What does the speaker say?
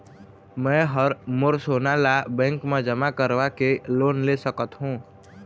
मैं हर मोर सोना ला बैंक म जमा करवाके लोन ले सकत हो?